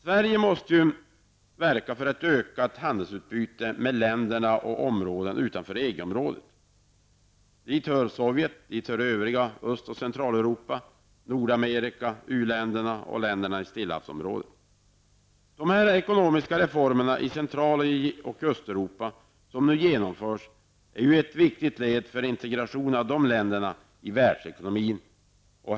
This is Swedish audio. Sverige måste verka för ett ökat handelsutbyte med länder och områden utanför EG. Dit hör Sovjet, det övriga Öst och Centraleuropa, Nordamerika, u-länderna och länderna i Stilla havsområdet. De ekonomiska reformer i Central och Östeuropa som nu genomförs är ett viktigt led för integrationen av dessa länder i världsekonomin.